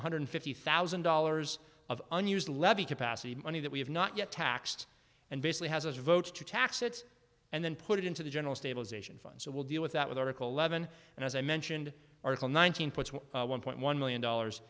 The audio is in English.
one hundred fifty thousand dollars of unused levy capacity money that we have not yet taxed and basically has a vote to tax it and then put it into the general stabilization fund so we'll deal with that with article levon and as i mentioned article nineteen puts one point one million dollars